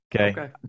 Okay